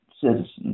citizens